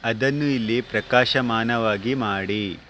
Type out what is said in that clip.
ಅದನ್ನು ಇಲ್ಲಿ ಪ್ರಕಾಶಮಾನವಾಗಿ ಮಾಡಿ